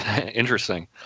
Interesting